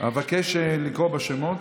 אבקש לקרוא בשמות.